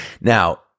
now